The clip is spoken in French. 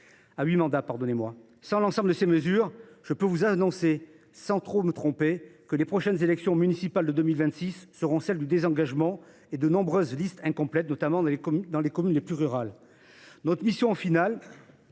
Sans l’ensemble de ces mesures, je peux vous annoncer, sans risque de me tromper, que les élections municipales de 2026 seront celles du désengagement, ce qui aboutira à de nombreuses listes incomplètes, notamment dans les communes les plus rurales.